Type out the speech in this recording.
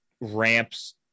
ramps